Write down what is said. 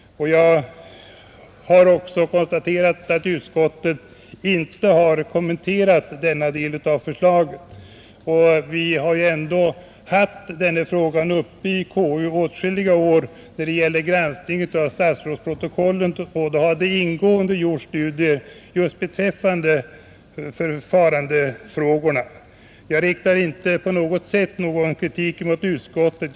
Jag har också konstaterat att utskottet inte kommenterat denna del av förslaget. Vi har ju ändå haft den här frågan uppe i konstitutionsutskottet åtskilliga år vid vår granskning av statsrådsprotokollen, och då har det gjorts ingående studier just beträffande förfarandefrågor. Jag riktar inte på något sätt kritik mot utskottet.